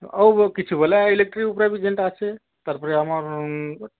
ଆଉ କିଛି ବାଲା ଇଲେକ୍ଟ୍ରିକ୍ ଉପରେ ବି ଯେନ୍ଟା ଆସେ ତା'ର୍ ପରେ ଆମର୍